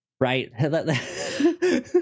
right